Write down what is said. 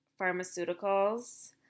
pharmaceuticals